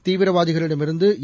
தீவிரவாதிகளிடமிருந்து ஏ